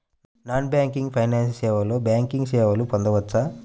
Non banking financial సేవలో banking సేవలను పొందవచ్చా?